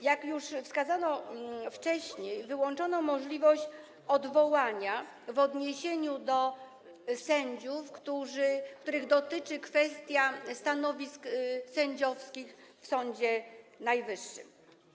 Jak już wskazano wcześniej, wyłączono możliwość odwołania w odniesieniu do sędziów, których dotyczy kwestia stanowisk sędziowskich w Sądzie Najwyższym.